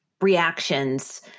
reactions